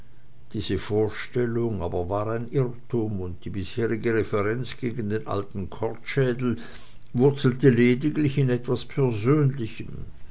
diese vorstellung aber war ein irrtum und die bisherige reverenz gegen den alten kortschädel wurzelte lediglich in etwas persönlichem